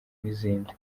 n’izindi